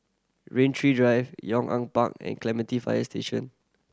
Rain Tree Drive Yong An Park and Clementi Fire Station